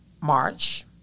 March